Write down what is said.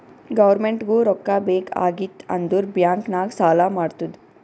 ಗೌರ್ಮೆಂಟ್ಗೂ ರೊಕ್ಕಾ ಬೇಕ್ ಆಗಿತ್ತ್ ಅಂದುರ್ ಬ್ಯಾಂಕ್ ನಾಗ್ ಸಾಲಾ ಮಾಡ್ತುದ್